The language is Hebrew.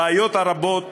הבעיות הרבות